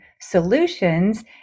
Solutions